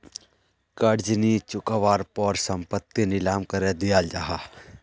कर्ज नि चुक्वार पोर संपत्ति नीलाम करे दियाल जाहा